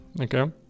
okay